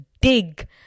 dig